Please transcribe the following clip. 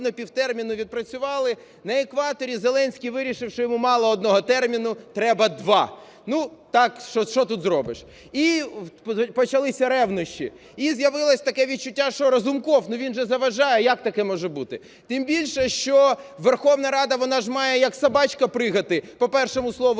пів терміну відпрацювали. На екваторі Зеленський вирішив, що йому мало одного терміну, треба два. Ну, так. Що тут зробиш? І почалися ревнощі. І з'явилось таке відчуття, що Разумков, ну, він же заважає. Як таке може бути? Тим більше, що Верховна Рада, вона ж має як собачка пригати по першому слову